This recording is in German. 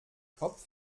kopf